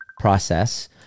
process